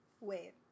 Wait